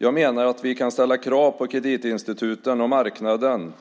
Jag menar att vi kan ställa krav på att kreditinstituten och marknaden